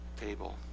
table